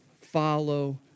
follow